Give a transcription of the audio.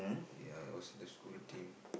ya I was in the school team